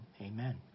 amen